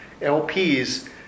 LPs